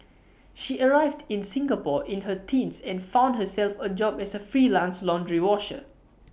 she arrived in Singapore in her teens and found herself A job as A freelance laundry washer